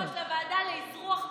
יושבת-ראש לוועדה לאזרוח מסתננים.